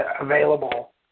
available